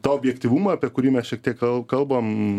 to objektyvumą apie kurį mes šiek tiek kalbame